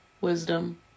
wisdom